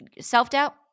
Self-doubt